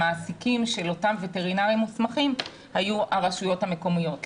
המעסיקים של אותם וטרינרים מוסמכים היו הרשויות המקומיות.